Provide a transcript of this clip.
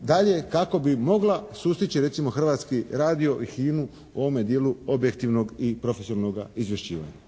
dalje kako bi mogla sustići recimo Hrvatski radio i HINA-u u ovome dijelu objektivnog i profesionalnoga izvješćivanja.